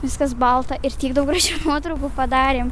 viskas balta ir tiek daug gražių nuotraukų padarėm